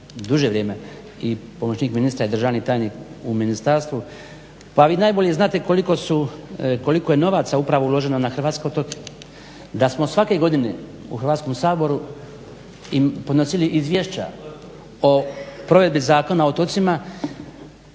duže vrijeme, i pomoćnik ministra i državni tajnik u ministarstvu pa vi najbolje znate koliko je novaca upravo uloženo na hrvatske otoke. Da smo svake godine u Hrvatskom saboru podnosili izvješća o provedbi Zakona o otocima